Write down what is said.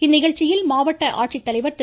இந்நிகழ்ச்சியில் மாவட்ட ஆட்சித்தலைவர் திரு